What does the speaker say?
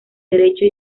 derecho